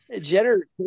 Jenner